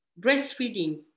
breastfeeding